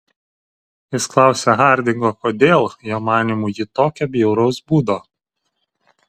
jis klausia hardingo kodėl jo manymu ji tokio bjauraus būdo